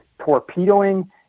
torpedoing